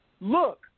Look